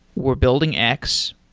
we're building x.